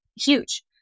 huge